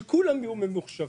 שכולם יהיו ממוחשבים.